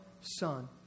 Son